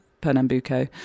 Pernambuco